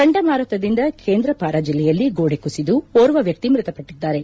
ಚಂಡಮಾರುತದಿಂದ ಕೇಂದ್ರಪಾರ ಜಿಲ್ಲೆಯಲ್ಲಿ ಗೋಡೆ ಕುಸಿದು ಓರ್ವ ವ್ಯಕ್ತಿ ಮೃತಪಟ್ಟದ್ದಾರೆ